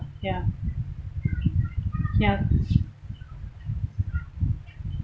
ya ya